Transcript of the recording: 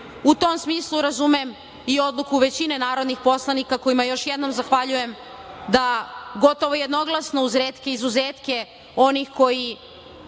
U tom smislu razumem i odluku većine narodnih poslanika kojima još jednom zahvaljujem da gotovo jednoglasno, uz retke izuzetke onih koji